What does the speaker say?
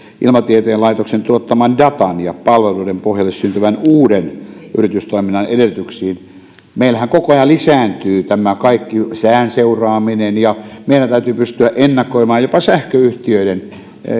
ilmatieteen laitoksen tuottaman datan ja palveluiden pohjalle syntyvän uuden yritystoiminnan edellytyksiin meillähän koko ajan lisääntyy tämä kaikki sään seuraaminen ja meidän täytyy pystyä ennakoimaan jopa sähköyhtiöiden